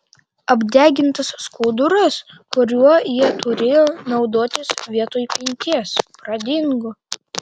apdegintas skuduras kuriuo jie turėjo naudotis vietoj pinties pradingo